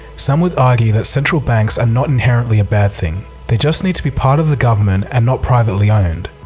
some would argue that central banks are and not inherently a bad thing. they just need to be part of the government and not privately-owned.